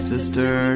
Sister